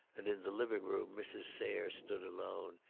and in the living-room mrs. sayre stood alone,